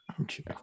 Okay